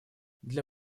для